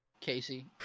Casey